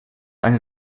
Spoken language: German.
eine